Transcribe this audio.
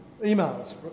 emails